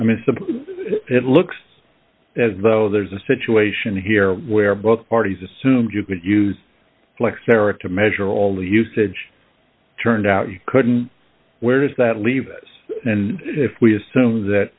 i mean it looks as though there's a situation here where both parties assumed you could use flex eric to measure all the usage turned out you couldn't where does that leave us and if we assume that